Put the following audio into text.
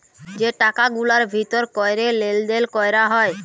যে টাকা গুলার ভিতর ক্যরে লেলদেল ক্যরা হ্যয়